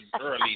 early